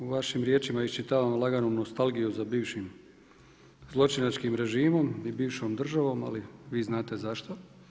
U vašim riječima iščitavam laganu nostalgiju za bivšim zločinačkim režimom i bivšom državom, ali vi znate zašto.